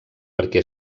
perquè